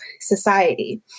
society